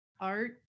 art